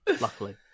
luckily